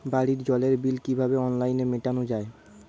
বাড়ির জলের বিল কিভাবে অনলাইনে মেটানো যায়?